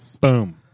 boom